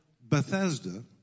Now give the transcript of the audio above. Bethesda